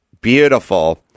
beautiful